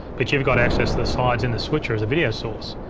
but you've got access to the slides in the switcher as a video source.